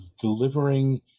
delivering